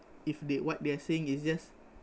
if they what they are saying it's just